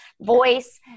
voice